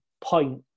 point